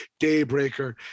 Daybreaker